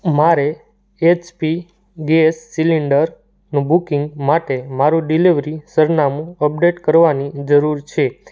મારે HP gas cylinder booking માટે મારું ડિલિવરી સરનામું અપડેટ કરવાની જરૂર છે